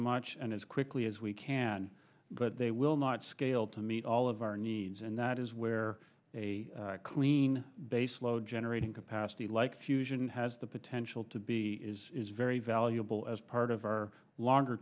much and as quickly as we can but they will not scale to meet all of our needs and that is where a clean base load generating capacity like fusion has the potential to be is very valuable as part of our longer